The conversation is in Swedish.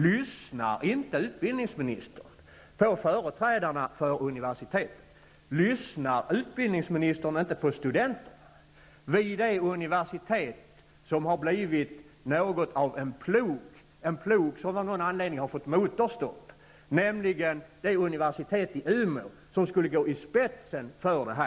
Lyssnar inte utbildningsministern på företrädarna för universiteten? Lyssnar utbildningsministern inte på studenterna vid det universitet som har blivit något av en plog -- som av någon anledning har fått motorstopp -- nämligen universitetet i Umeå, som skulle gå i spetsen för detta?